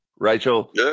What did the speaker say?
Rachel